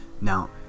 Now